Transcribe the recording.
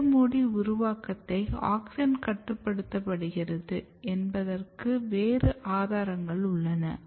வேர் மூடி உருவாக்கத்தை ஆக்ஸின் கட்டுப்படுத்துகிறது என்பதற்கு வேறு ஆதாரங்கள் உள்ளன